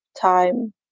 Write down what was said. time